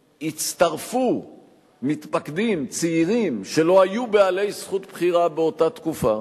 הצטרפו מתפקדים צעירים שלא היו בעלי זכות בחירה באותה תקופה.